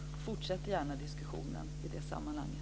Jag fortsätter gärna diskussionen i det sammanhanget.